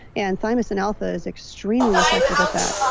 and thymosin alpha is extremely effective at that.